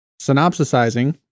synopsisizing